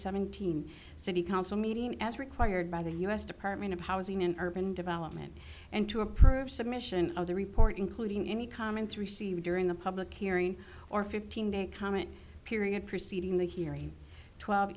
seventeen city council meeting as required by the us department of housing and urban development and to approve submission of the report including any comments received during the public hearing or fifteen day comment period preceding the hearing twelve